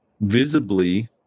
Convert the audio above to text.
visibly